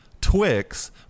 Twix